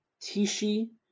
Tishi